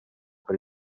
per